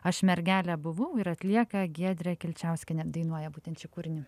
aš mergelė buvau ir atlieka giedrė kilčiauskienė dainuoja būtent šį kūrinį